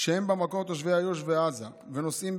שהם במקור תושבי איו"ש ועזה ונושאים,